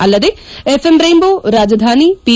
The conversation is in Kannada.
ಅಲ್ಲದೇ ಎಫ್ಎಂ ರೈನ್ ಬೋ ರಾಜಧಾನಿ ಪಿ